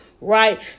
right